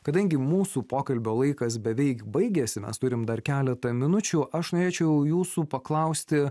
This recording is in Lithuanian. kadangi mūsų pokalbio laikas beveik baigėsi mes turim dar keletą minučių aš norėčiau jūsų paklausti